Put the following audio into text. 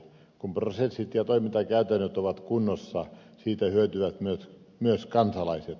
kun prosessit ja toimintakäytännöt ovat kunnossa siitä hyötyvät myös kansalaiset